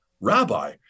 rabbi